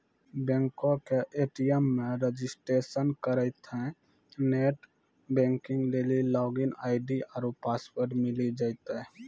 बैंको के ए.टी.एम मे रजिस्ट्रेशन करितेंह नेट बैंकिग लेली लागिन आई.डी आरु पासवर्ड मिली जैतै